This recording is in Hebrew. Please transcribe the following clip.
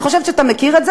אני חושבת שאתה מכיר את זה.